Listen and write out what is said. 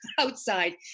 outside